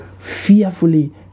fearfully